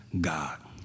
God